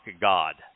god